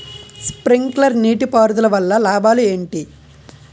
Sprinkler నీటిపారుదల వల్ల లాభాలు ఏంటి?